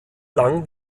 lang